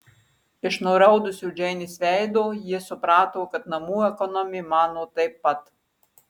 iš nuraudusio džeinės veido ji suprato kad namų ekonomė mano taip pat